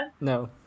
No